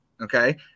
okay